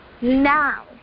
now